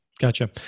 Gotcha